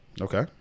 Okay